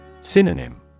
Synonym